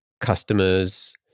customers